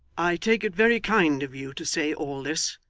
i take it very kind of you to say all this,